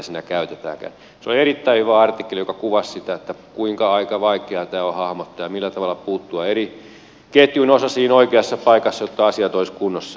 se oli erittäin hyvä artikkeli joka kuvasi sitä kuinka vaikeaa tämä on hahmottaa ja millä tavalla puuttua eri ketjun osasiin oikeassa paikassa jotta asiat olisivat kunnossa